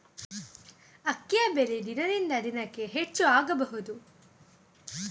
ಅಕ್ಕಿಯ ಬೆಲೆ ದಿನದಿಂದ ದಿನಕೆ ಹೆಚ್ಚು ಆಗಬಹುದು?